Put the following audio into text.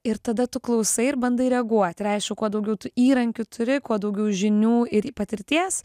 ir tada tu klausai ir bandai reaguot ir aišku kuo daugiau tu įrankių turi kuo daugiau žinių ir patirties